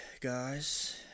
guys